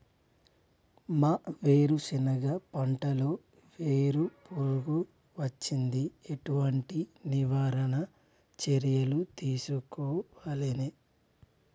మా వేరుశెనగ పంటలలో వేరు పురుగు వచ్చింది? ఎటువంటి నివారణ చర్యలు తీసుకోవాలే?